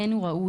אין הוא ראוי,